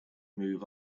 move